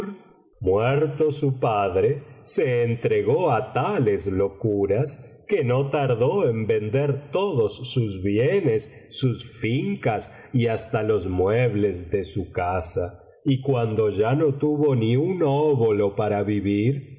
muerto su padre se entregó á tales locuras que no tardó en vender todos sus bienes sus fincas y hasta los muebles de su casa y cuando ya no tuvo ni un óbolo para vivir